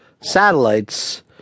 satellites